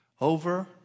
Over